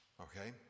Okay